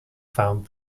found